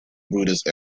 buddhist